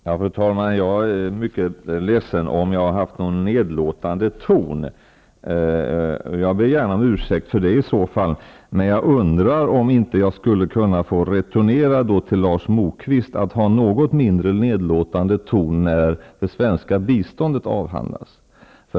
Fru talman! Jag är mycket ledsen om jag har haft en nedlåtande ton. I så fall ber jag gärna om ursäkt, men jag undrar om jag inte skulle kunna returnera genom att uppmana Lars Moquist att använda en något mindre nedlåtande ton när det svenska biståndet avhandlas.